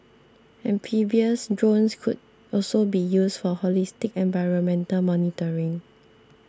amphibious drones could also be used for holistic environmental monitoring